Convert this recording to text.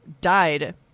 died